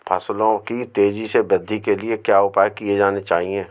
फसलों की तेज़ी से वृद्धि के लिए क्या उपाय किए जाने चाहिए?